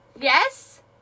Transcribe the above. yes